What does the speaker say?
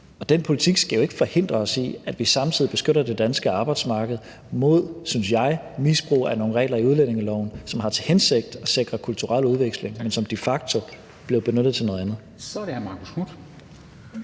Den politik skal jo ikke forhindre os i, at vi samtidig beskytter det danske arbejdsmarked mod, synes jeg, misbrug af nogle regler i udlændingeloven, som har til hensigt at sikre kulturel udveksling, men som de facto blev benyttet til noget andet. Kl. 18:04 Formanden